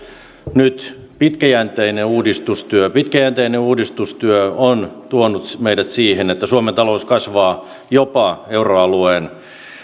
nyt pitkäjänteinen uudistustyö pitkäjänteinen uudistustyö on tuonut meidät siihen että suomen talous kasvaa jopa euroalueen